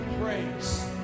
praise